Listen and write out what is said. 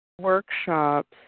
workshops